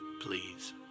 please